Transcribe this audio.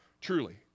Truly